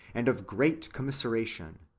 and of great commiseration,